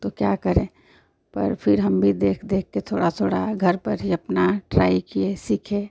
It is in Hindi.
तो क्या करें पर फिर हम भी देख देख कर थोड़ा थोड़ा घर पर ही अपना ट्राई किए सीखे